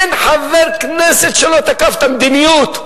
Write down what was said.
אין חבר כנסת שלא תקף את המדיניות,